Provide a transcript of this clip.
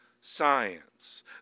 science